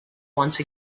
once